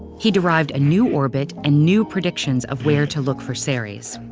he derived a new orbit and new predictions of where to look for ceres.